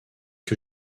que